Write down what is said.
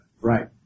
Right